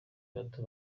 bato